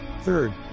Third